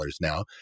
now